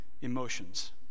emotions